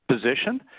position